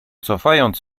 cofając